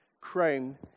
chrome